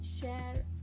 share